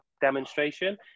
demonstration